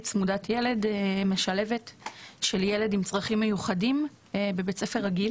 צמודה לילד עם צרכים מיוחדים בבית ספר רגיל